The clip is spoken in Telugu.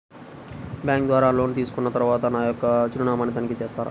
బ్యాంకు ద్వారా లోన్ తీసుకున్న తరువాత నా యొక్క చిరునామాని తనిఖీ చేస్తారా?